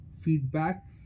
feedback